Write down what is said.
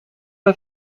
pas